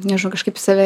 nežinau kažkaip save